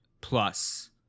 plus